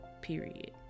Period